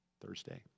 Thursday